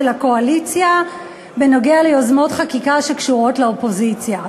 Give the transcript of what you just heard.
הקואליציה בנוגע ליוזמות חקיקה שקשורות לאופוזיציה.